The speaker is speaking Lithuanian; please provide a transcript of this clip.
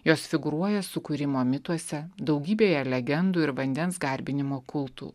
jos figūruoja sukūrimo mituose daugybėje legendų ir vandens garbinimo kultų